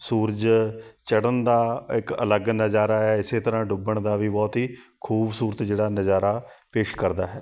ਸੂਰਜ ਚੜ੍ਹਨ ਦਾ ਇੱਕ ਅਲੱਗ ਨਜ਼ਾਰਾ ਹੈ ਇਸ ਤਰ੍ਹਾਂ ਡੁੱਬਣ ਦਾ ਵੀ ਬਹੁਤ ਹੀ ਖੂਬਸੂਰਤ ਜਿਹੜਾ ਨਜ਼ਾਰਾ ਪੇਸ਼ ਕਰਦਾ ਹੈ